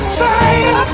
fire